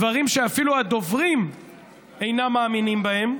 דברים שאפילו הדוברים אינם מאמינים בהם.